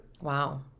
Wow